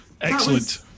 excellent